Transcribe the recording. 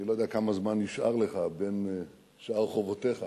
אני לא יודע כמה זמן נשאר לך בין שאר חובותיך